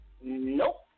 Nope